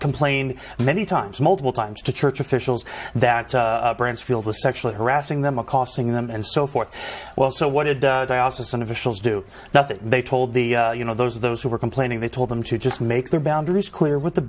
complained many times multiple times to church officials that parents feel the sexually harassing them are costing them and so forth well so what did they also some officials do now that they told the you know those of those who were complaining they told them to just make their boundaries clear with the